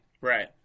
Right